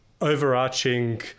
overarching